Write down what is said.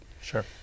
Sure